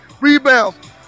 rebounds